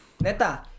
neta